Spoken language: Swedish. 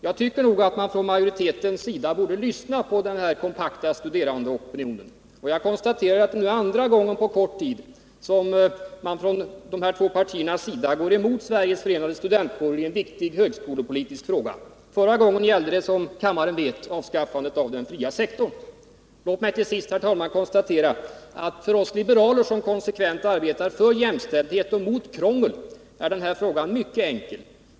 Jag anser att utskottsmajoriteten borde lyssna på den här kompakta studerandeopinionen. Det är nu andra gången på kort tid som man från de här båda partiernas sida går emot Sveriges förenade studentkårer i en viktig högskolepolitisk fråga. Förra gången gällde det, som kammaren vet, avskaffandet av den fria sektorn. Herr talman! Låt mig till sist konstatera att för oss liberaler som konsekvent arbetar för jämställdhet och mot krångel är den här frågan mycket enkel.